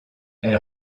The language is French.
elle